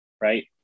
right